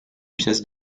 pièces